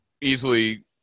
easily